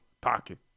pocket